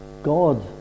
God